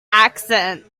accent